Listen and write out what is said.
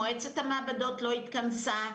מועצת המעבדות לא התכנסה,